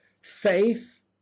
Faith